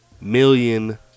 million